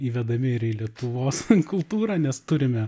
įvedami ir į lietuvos kultūrą nes turime